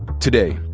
today,